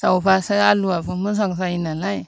जावबासो आलुआबो मोजां जायो नालाय